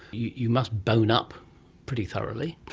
you you must bone up pretty thoroughly.